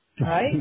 Right